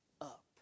up